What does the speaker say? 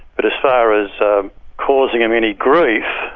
but as far as causing them any grief,